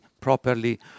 properly